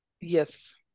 Yes